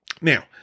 Now